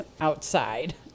outside